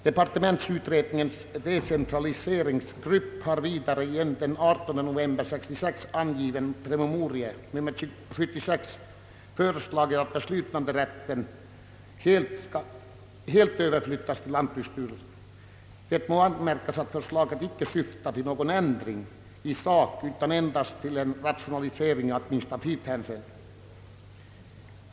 Departementsutredningens <decentraliseringsgrupp har vidare i en den 18 november 1966 avgiven promemoria, nummer 78, föreslagit att beslutanderätten helt skall överflyttas till lantbruksstyrelsen. Det må anmärkas att förslaget inte syftar till någon ändring i sak utan endast till en rationalisering i administrativt hänseende.